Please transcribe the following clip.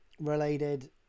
related